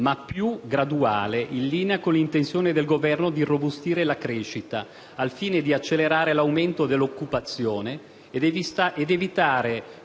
ma più graduale, in linea con l'intenzione del Governo di irrobustire la crescita, al fine di accelerare l'aumento dell'occupazione e di evitare